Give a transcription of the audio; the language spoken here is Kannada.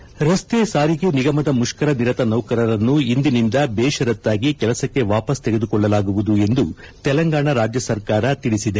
ಸಾಂಪ್ ರಸ್ತೆ ಸಾರಿಗೆ ನಿಗಮದ ಮುಷ್ಕರ ನಿರತ ನೌಕರರನ್ನು ಇಂದಿನಿಂದ ಬೇಷರತ್ತಾಗಿ ಕೆಲಸಕ್ಕೆ ವಾಪಸ್ ತೆಗೆದುಕೊಳ್ಳಲಾಗುವುದು ಎಂದು ತೆಲಂಗಾಣ ರಾಜ್ಯ ಸರ್ಕಾರ ಹೇಳಿದೆ